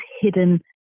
hidden